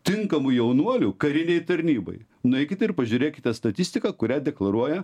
tinkamų jaunuolių karinei tarnybai nueikite ir pažiūrėkite statistiką kurią deklaruoja